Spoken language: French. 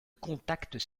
contact